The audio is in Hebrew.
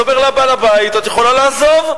אומר לה בעל הבית: את יכולה לעזוב.